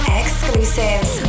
exclusives